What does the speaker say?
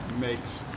makes